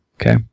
Okay